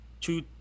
two